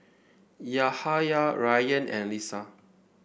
Yahaya Ryan and Lisa